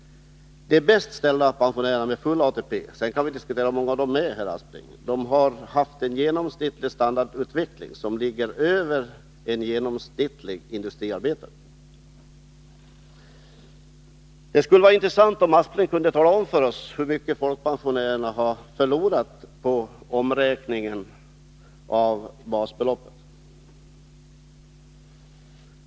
De bäst ställda pensionärerna är de som har full ATP. Vi kan, herr Aspling, i och för sig diskutera hur många de är, men klart är att de har haft en genomsnittlig standardutveckling som är bättre än den genomsnittlige industriarbetarens. Det skulle vara intressant, om herr Aspling kunde tala om för oss hur mycket folkpensionärerna har förlorat på omräkningen av basbeloppet.